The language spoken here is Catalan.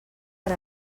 per